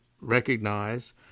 recognize